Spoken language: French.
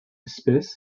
espèces